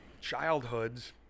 childhoods